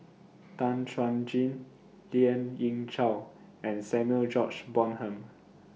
Tan Chuan Jin Lien Ying Chow and Samuel George Bonham